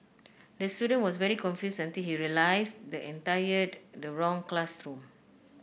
the student was very confused until he realised the entire the wrong classroom